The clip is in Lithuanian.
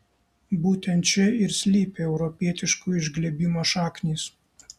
būtent čia ir slypi europietiško išglebimo šaknys